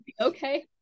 okay